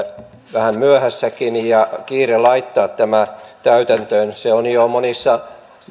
vähän myöhässäkin ja on kiire laittaa tämä täytäntöön se on jo monissa